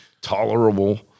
tolerable